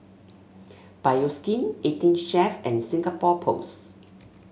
Bioskin Eighteen Chef and Singapore Post